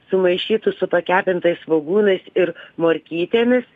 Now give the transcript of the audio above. sumaišytų su pakepintais svogūnais ir morkytėmis